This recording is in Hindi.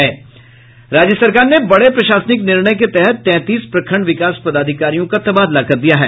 राज्य सरकार ने बड़े प्रशासनिक निर्णय के तहत तैंतीस प्रखंड विकास पदाधिकारियों का तबादला कर दिया है